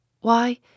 Why